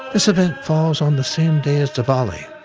this event falls on the same day as diwali,